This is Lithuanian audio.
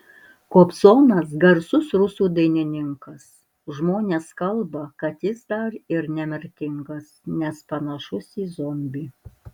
kobzonas garsus rusų dainininkas žmonės kalba kad jis dar ir nemirtingas nes panašus į zombį